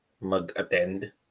mag-attend